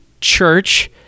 church